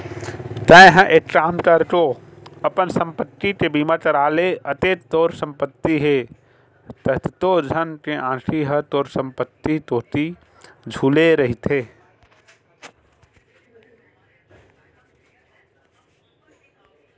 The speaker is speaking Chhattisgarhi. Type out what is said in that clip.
तेंहा एक काम कर गो अपन संपत्ति के बीमा करा ले अतेक तोर संपत्ति हे कतको झन के आंखी ह तोर संपत्ति कोती झुले रहिथे